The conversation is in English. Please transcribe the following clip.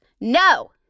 No